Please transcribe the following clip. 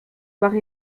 soient